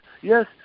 Yes